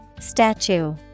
Statue